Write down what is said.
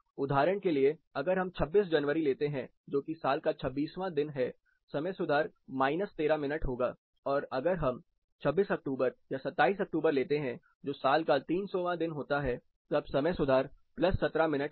उदाहरण के लिए अगर हम 26 जनवरी लेते हैं जोकि साल का 26 वां दिन है समय सुधार 13 मिनट होगा और अगर हम 26 अक्टूबर या 27 अक्टूबर लेते हैं जो साल का 300 वा दिन होता है तब समय सुधार 17 मिनट होगा